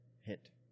hit